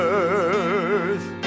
earth